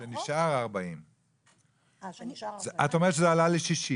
שנשאר 40. את אומרת שזה עלה ל-60.